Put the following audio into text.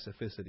specificity